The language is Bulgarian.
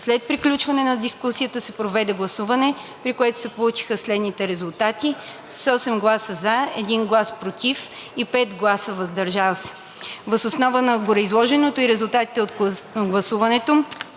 След приключване на дискусията се проведе гласуване, при което се получиха следните резултати: 8 гласа „за“, 1 глас „против“ и 5 гласа „въздържал се“. Въз основа на гореизложеното и резултатите от гласуването